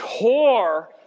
tore